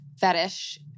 fetish